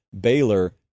Baylor